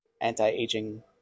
anti-aging